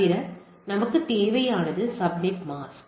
தவிர நமக்குத் தேவையானது சப்நெட் மாஸ்க்